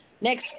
next